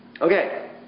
Okay